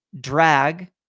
drag